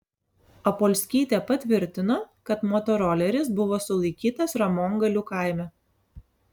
apolskytė patvirtino kad motoroleris buvo sulaikytas ramongalių kaime